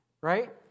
right